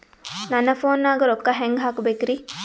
ನನ್ನ ಫೋನ್ ನಾಗ ರೊಕ್ಕ ಹೆಂಗ ಹಾಕ ಬೇಕ್ರಿ?